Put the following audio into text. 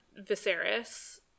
Viserys